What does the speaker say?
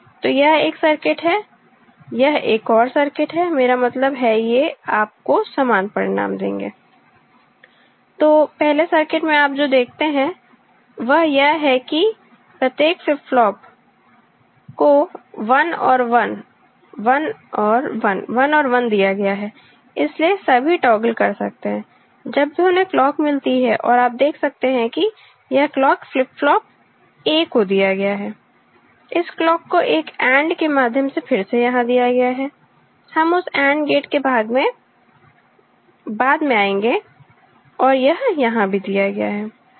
तो यह एक सर्किट है यह एक और सर्किट हैमेरा मतलब है ये आपको समान परिणाम देंगे तो पहले सर्किट में आप जो देखते हैं वह यह है कि प्रत्येक फ्लिप फ्लॉप को 1 और 1 1 और 1 1 और 1 दिया गया है इसलिए सभी टॉगल कर सकते है जब भी उन्हें क्लॉक मिलती है और आप देख सकते हैं कि यह क्लॉक फ्लिप फ्लॉप A को दिया गया है इस क्लॉक को एक AND गेट के माध्यम से फिर से यहाँ दिया गया है हम उस AND गेट के भाग में बाद में आएंगे और यह यहाँ भी दिया गया है